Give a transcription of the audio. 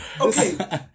Okay